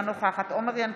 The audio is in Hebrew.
אינה נוכחת עומר ינקלביץ'